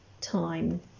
time